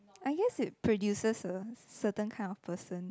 I guess it produces a certain kind of person